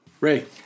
ray